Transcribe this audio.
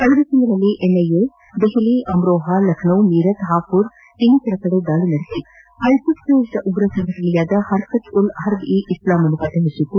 ಕಳೆದ ತಿಂಗಳಲ್ಲಿ ಎನ್ಐಎ ದೆಹಲಿ ಅಮ್ರೋಹ ಲಖನೌ ಮೀರತ್ ಹಪುರ್ ಇನ್ನಿತರೆಡೆ ದಾಳಿ ನಡೆಸಿ ಐಸಿಸ್ ಪ್ರೇರಿತ ಉಗ್ರ ಸಂಘಟನೆಯಾದ ಹರ್ಕತ್ ಉಲ್ ಹರ್ಬ್ ಇ ಇಸ್ಲಾಂನ್ನು ಪತ್ತೆಹಚ್ಚಿತ್ತು